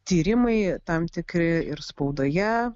tyrimai tam tikri ir spaudoje